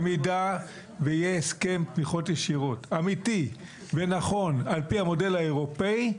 במידה ויהיה הסכם תמיכות ישירות אמיתי ונכון על פי המודל האירופי,